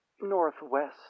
northwest